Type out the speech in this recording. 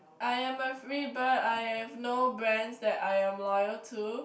I am a free bird I have no brands that I am loyal to